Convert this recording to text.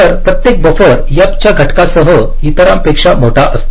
तर प्रत्येक buffer f च्या घटकासह इतरांपेक्षा मोठा असतो